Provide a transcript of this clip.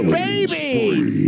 babies